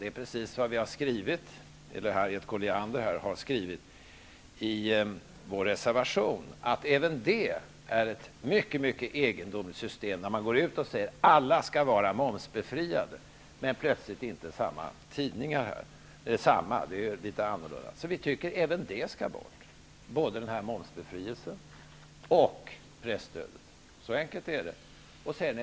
Det är precis vad Harriet Colliander har skrivit i vår reservation, dvs. att det är ett mycket egendomligt system, när man går ut och säger att alla skall vara momsbefriade men plötsligt inte samma tidningar. Vi tycker alltså att både momsbefrielsen och presstödet skall bort -- så enkelt är det.